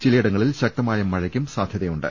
ചിലയിടങ്ങളിൽ ശക്ത മായ മഴയ്ക്കും സാധ്യതയുണ്ട്